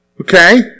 Okay